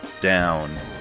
down